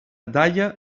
daia